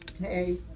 Hey